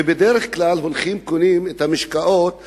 ובדרך כלל הולכים וקונים את המשקאות היותר-זולים,